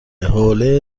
حوله